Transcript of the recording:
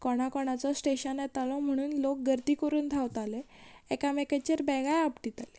कोणा कोणाचो स्टेशन येतालो म्हणून लोक गर्दी करून धावताले एकामेकाचेर बॅगां आपटिताले